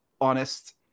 honest